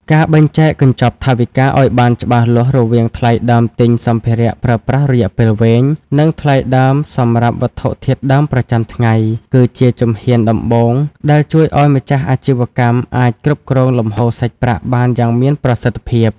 ការបែងចែកកញ្ចប់ថវិកាឱ្យបានច្បាស់លាស់រវាងថ្លៃដើមទិញសម្ភារៈប្រើប្រាស់រយៈពេលវែង និងថ្លៃដើមសម្រាប់វត្ថុធាតុដើមប្រចាំថ្ងៃ គឺជាជំហានដំបូងដែលជួយឱ្យម្ចាស់អាជីវកម្មអាចគ្រប់គ្រងលំហូរសាច់ប្រាក់បានយ៉ាងមានប្រសិទ្ធភាព។